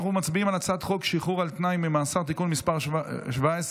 אנחנו מצביעים על הצעת חוק שחרור על תנאי ממאסר (תיקון מס' 17,